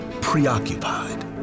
preoccupied